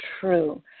true